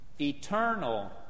eternal